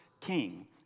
king